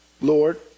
Lord